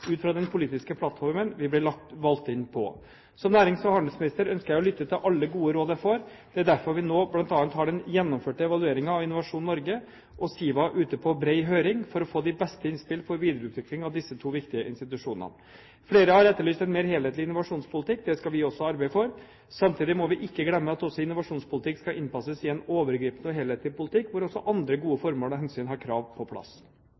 ut fra den politiske plattformen vi ble valgt inn på. Som nærings- og handelsminister ønsker jeg å lytte til alle gode råd jeg får. Det er derfor vi nå bl.a. har den gjennomførte evalueringen av Innovasjon Norge og SIVA ute på bred høring, for å få de beste innspill for videreutvikling av disse to viktige institusjonene. Flere har etterlyst en mer helhetlig innovasjonspolitikk – det skal vi også arbeide for. Samtidig må vi ikke glemme at også innovasjonspolitikk skal innpasses i en overgripende og helhetlig politikk hvor også andre gode formål og hensyn har krav på plass.